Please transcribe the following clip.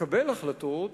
לקבל החלטות